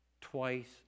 twice